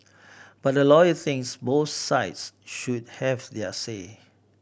but a lawyer thinks both sides should have their say